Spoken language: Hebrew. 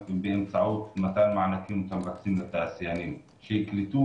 באמצעות מתן מענקים ותמריצים לתעשיינים שיקלטו